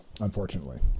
unfortunately